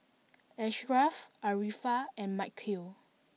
Ashraff Arifa and Mikhail